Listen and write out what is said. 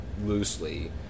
Loosely